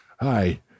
Hi